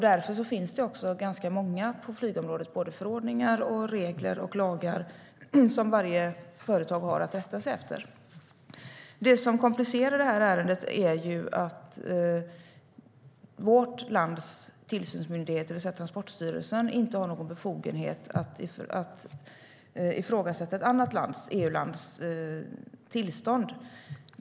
Därför finns det på flygområdet ganska många förordningar, regler och lagar som varje företag har att rätta sig efter. Det som komplicerar det här ärendet är att vårt lands tillsynsmyndighet, Transportstyrelsen, inte har några befogenheter att ifrågasätta ett annat EU-lands tillstånd.